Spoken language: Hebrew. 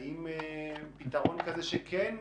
האם פתרון כזה שכן